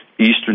Eastern